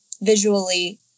visually